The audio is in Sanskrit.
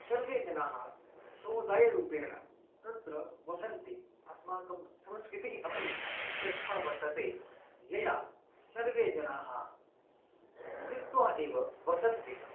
सर्वे जनाः समुदायरूपेण तत्र वसन्ति अस्माकं संस्कृतिः अपि श्रेष्ठा वर्तते यया सर्वे जनाः मिलित्वा एव वसन्ति